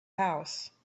house